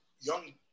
young